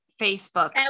Facebook